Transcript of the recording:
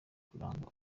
kuranga